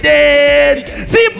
See